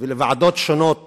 ולוועדות שונות